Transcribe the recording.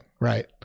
right